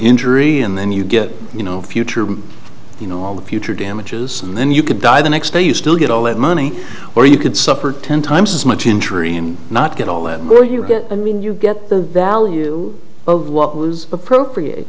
injury and then you get you know future you know all the future damages and then you could die the next day you still get all that money or you could suffer ten times as much injury and not get all that or you get a mean you get the value of what was appropriate